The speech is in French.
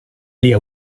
aller